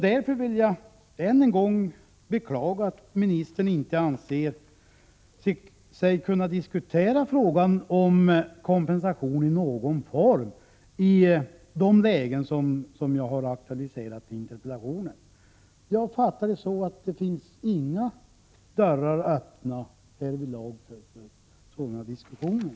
Jag vill än en gång beklaga att ministern inte anser sig kunna diskutera frågan om kompensation i någon form i de fall som jag har aktualiserat i interpellationen. Såvitt jag förstår finns det inga dörrar öppna härvidlag för sådana diskussioner.